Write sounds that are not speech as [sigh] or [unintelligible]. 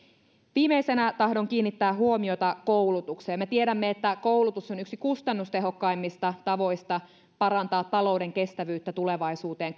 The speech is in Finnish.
viimeisenä tahdon kiinnittää huomiota koulutukseen me tiedämme että koulutus on yksi kustannustehokkaimmista tavoista parantaa talouden kestävyyttä tulevaisuuteen [unintelligible]